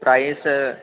price